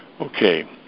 okay